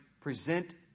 present